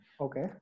Okay